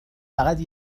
فقط